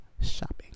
shopping